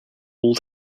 all